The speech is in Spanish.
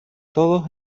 todos